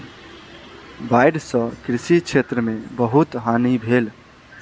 बाइढ़ सॅ कृषि क्षेत्र में बहुत हानि भेल